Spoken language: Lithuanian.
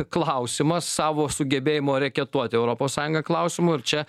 klausimas savo sugebėjimo reketuoti europos sąjungą klausimu ir čia